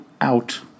out